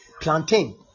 plantain